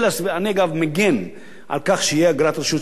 אני אגב מגן על כך שתהיה אגרת רשות שידור.